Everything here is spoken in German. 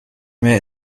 mehr